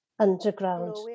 underground